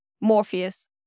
morpheus